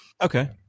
Okay